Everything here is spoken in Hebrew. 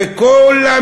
וכולם,